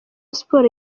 sports